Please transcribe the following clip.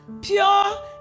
Pure